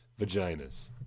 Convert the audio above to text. Vaginas